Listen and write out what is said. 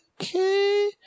Okay